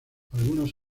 algunos